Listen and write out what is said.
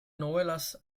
novelas